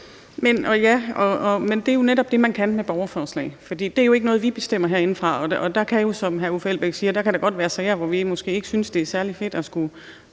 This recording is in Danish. Det er jo netop det, man kan med borgerforslag. For det er ikke noget, vi bestemmer herindefra. Og der kan jo, som hr. Uffe Elbæk siger, godt være sager, hvor vi egentlig ikke synes, at det er særlig fedt at skulle